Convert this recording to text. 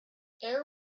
air